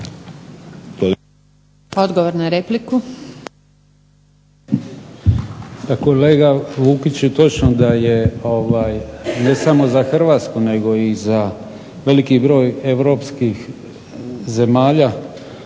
Odgovor na repliku.